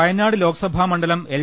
വയനാട് ലോക്സഭാ മണ്ഡലം എൽ